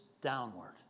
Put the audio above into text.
downward